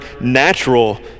natural